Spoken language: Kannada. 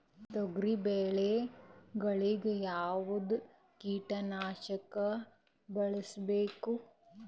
ತೊಗರಿಬೇಳೆ ಗೊಳಿಗ ಯಾವದ ಕೀಟನಾಶಕ ಬಳಸಬೇಕು?